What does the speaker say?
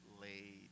laid